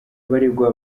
abaregwa